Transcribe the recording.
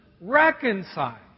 reconcile